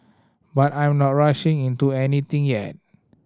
but I'm not rushing into anything yet